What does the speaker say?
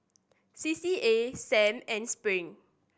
C C A Sam and Spring